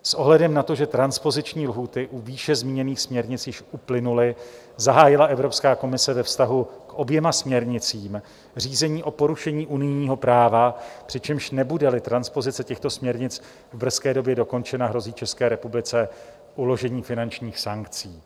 S ohledem na to, že transpoziční lhůty u výše zmíněných směrnic již uplynuly, zahájila Evropská komise ve vztahu k oběma směrnicím řízení o porušení unijního práva, přičemž nebudeli transpozice těchto směrnic v brzké době dokončena, hrozí České republice uložení finančních sankcí.